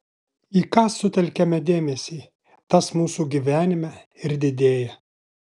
į ką sutelkiame dėmesį tas mūsų gyvenime ir didėja